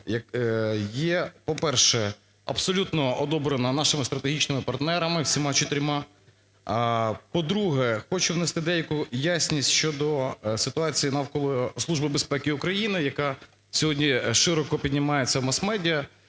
є, по-перше, абсолютно одобрена нашими стратегічними партнерами, всіма чотирма. По-друге, хочу внести деяку ясність щодо ситуації навколо Служби безпеки України, яка сьогодні широко піднімається в мас-медіа.